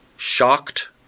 Shocked